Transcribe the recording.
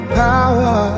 power